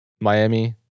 Miami